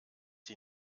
die